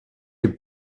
est